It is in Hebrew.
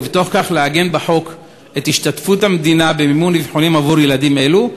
ובתוך כך לעגן בחוק את השתתפות המדינה במימון אבחונים עבור ילדים אלו.